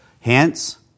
Hence